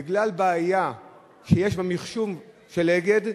בגלל בעיה שיש במחשוב של "אגד",